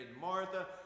Martha